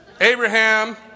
Abraham